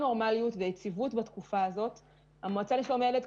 שלום לכולם,